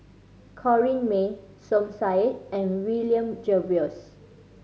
Corrinne May Som Said and William Jervois